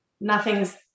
nothing's